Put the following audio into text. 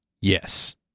Yes